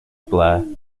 blair